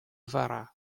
varax